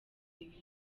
video